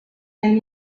and